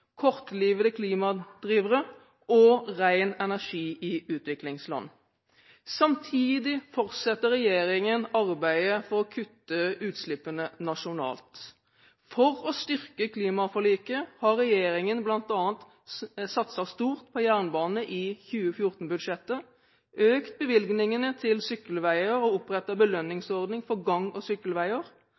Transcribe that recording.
kortlivede klimadrivere og ren energi i utviklingsland. Samtidig fortsetter regjeringen arbeidet for å kutte utslippene nasjonalt. For å styrke klimaforliket har regjeringen bl.a. satset stort på jernbane i 2014-budsjettet, økt bevilgningene til sykkelveier og opprettet belønningsordning for gang- og sykkelveier,